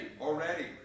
Already